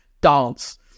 dance